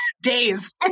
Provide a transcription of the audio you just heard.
days